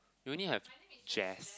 you only have Jas